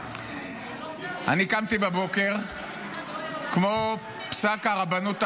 אני קמתי בבוקר, וכמו פסק הרבנות הראשית,